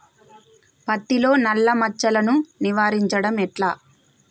పత్తిలో నల్లా మచ్చలను నివారించడం ఎట్లా?